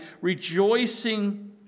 rejoicing